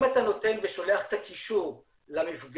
אם אתה נותן ושולח את הקישור למפגש